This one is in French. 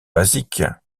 basiques